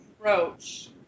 approach